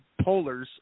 polars